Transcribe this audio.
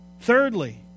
Thirdly